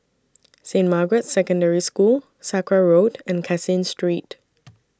Saint Margaret's Secondary School Sakra Road and Caseen Street